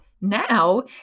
now